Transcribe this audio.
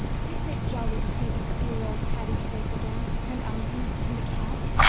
isn't it jolly to see this dear old patty's place again and aunty and the cats?